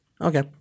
Okay